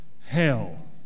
hell